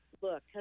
look